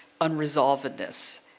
unresolvedness